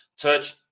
Touch